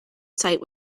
site